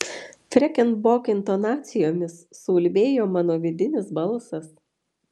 freken bok intonacijomis suulbėjo mano vidinis balsas